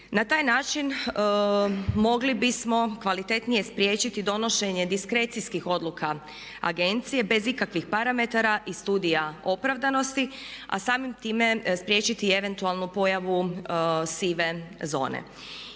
Na taj način mogli bismo kvalitetnije spriječiti donošenje diskrecijskih odluka agencije bez ikakvih parametara i studija opravdanosti, a samim time spriječiti i eventualnu pojavu sive zone.